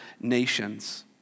nations